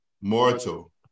mortal